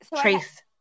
trace